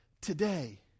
today